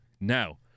Now